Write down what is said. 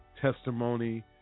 testimony